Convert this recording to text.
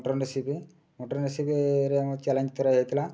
mutton recipe mutton ରେସିପିରେ ମୋ challenge ତୋରା ହୋଇଥିଲା